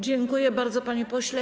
Dziękuję bardzo, panie pośle.